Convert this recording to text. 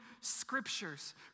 scriptures